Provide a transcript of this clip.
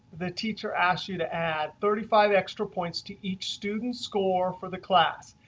the teacher asks you to add thirty five extra points to each student's score for the class.